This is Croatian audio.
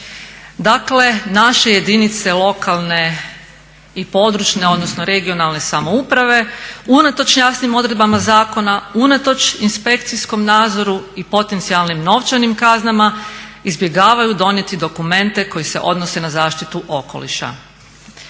Dakle, naše jedinice lokalne i područne, odnosno regionalne samouprave unatoč jasnim odredbama zakona, unatoč inspekcijskom nadzoru i potencijalnim novčanim kaznama izbjegavaju donijeti dokumente koji se odnose na zaštitu okoliša.